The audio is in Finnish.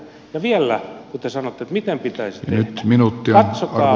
ja vielä kun te sanotte miten pitäisi tehdä